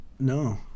No